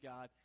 God